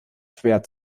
schwer